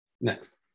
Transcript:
Next